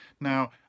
Now